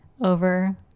over